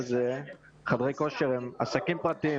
חדרי כושר הם עסקים פרטיים